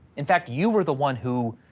in fact, you were the one who